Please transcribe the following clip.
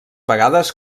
vegades